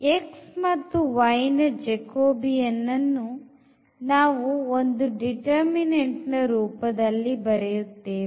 x y ನ jacobian ಅನ್ನು ನಾವು ಒಂದು determinant ರೂಪದಲ್ಲಿ ಬರೆಯುತ್ತೇವೆ